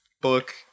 Book